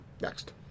Next